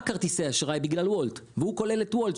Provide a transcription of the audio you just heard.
כרטיסי אשראי בגלל וולט והוא כולל את וולט,